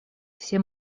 все